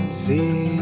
see